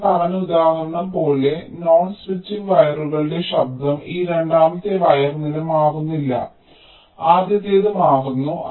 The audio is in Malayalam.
ഞാൻ പറഞ്ഞ ഉദാഹരണം പോലെ നോൺ സ്വിച്ചിംഗ് വയറുകളുടെ ശബ്ദം ഈ രണ്ടാമത്തെ വയർ നില മാറുന്നില്ല മാറുന്നില്ല ആദ്യത്തേത് മാറുന്നു